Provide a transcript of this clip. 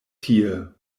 tie